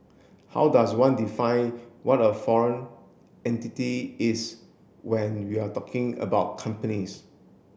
how does one define what a foreign entity is when you're talking about companies